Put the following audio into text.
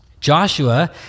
Joshua